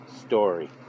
story